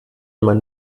man